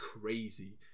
crazy